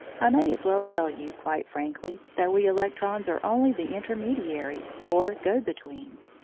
i may as well tell you quite frankly that we electrons are only the intermediaries or go-betweens.